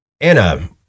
Anna